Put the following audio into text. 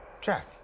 Jack